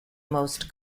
most